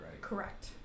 Correct